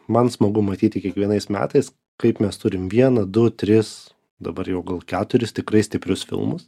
man smagu matyti kiekvienais metais kaip mes turim vieną du tris dabar jau gal keturis tikrai stiprius filmus